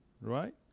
Right